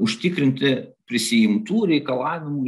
užtikrinti prisiimtų reikalavimų